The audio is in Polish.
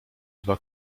dwa